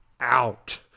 out